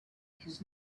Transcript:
his